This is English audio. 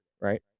right